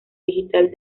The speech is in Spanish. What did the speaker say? digital